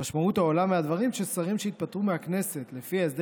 המשמעות העולה מהדברים היא ששרים שהתפטרו מהכנסת לפי ההסדר